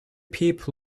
people